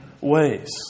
ways